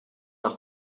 naar